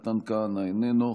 חבר הכנסת מתן כהנא, איננו.